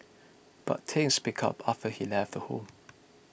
but things picked up after he left the home